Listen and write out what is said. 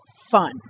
fun